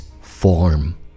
form